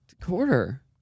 Quarter